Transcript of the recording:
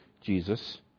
Jesus